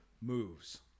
moves